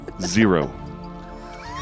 Zero